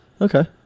okay